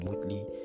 smoothly